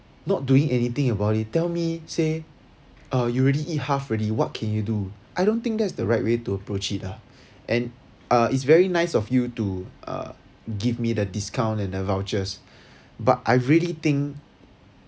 not doing anything about it tell me say ah you already eat half already what can you do I don't think that's the right way to approach it lah and uh it's very nice of you to uh give me the discount and the vouchers but I really think